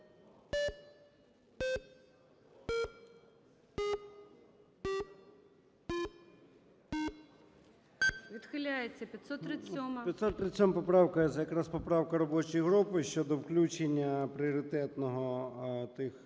ЧЕРНЕНКО О.М. 537 поправка, це якраз поправка робочої групи щодо включення пріоритетного тих